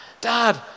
Dad